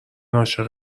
عاشق